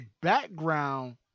background